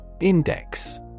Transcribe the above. Index